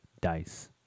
dice